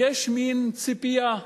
יש מין ציפייה,